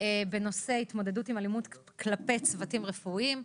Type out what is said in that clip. בנושא התמודדות עם אלימות כלפי צוותים רפואיים.